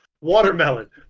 watermelon